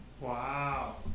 Wow